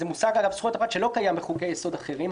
זה מושג שלא קיים בחוקי יסוד אחרים.